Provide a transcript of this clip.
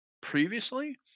Previously